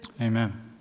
Amen